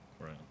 Right